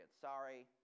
Sorry